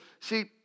See